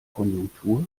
konjunktur